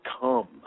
come